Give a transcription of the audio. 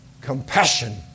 compassion